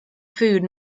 food